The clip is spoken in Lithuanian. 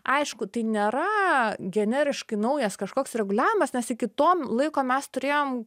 aišku tai nėra generiškai naujas kažkoks reguliavimas nes iki to laiko mes turėjom